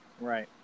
Right